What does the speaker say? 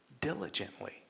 diligently